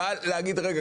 אבל להגיד: רגע,